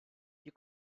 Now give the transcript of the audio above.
you